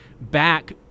back